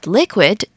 liquid